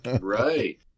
right